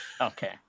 Okay